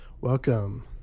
Welcome